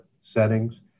settings